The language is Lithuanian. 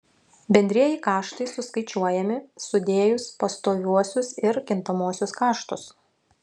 bendrieji kaštai suskaičiuojami sudėjus pastoviuosius ir kintamuosius kaštus